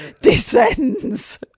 descends